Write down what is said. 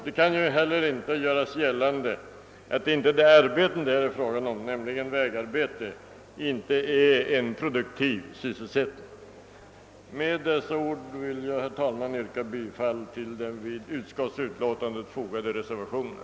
Det kan inte heller göras gällande att de arbeten det här är fråga om, vägarbeten, inte är en produktiv sysselsättning. Med dessa ord vill jag, herr talman, yrka bifall till den vid utskottsutlåtandet fogade reservationen.